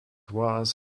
was